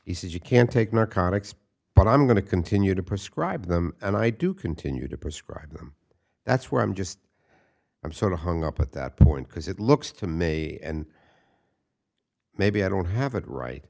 he says you can take narcotics but i'm going to continue to prescribe them and i do continue to prescribe them that's where i'm just i'm sort of hung up at that point because it looks to me and maybe i don't have it right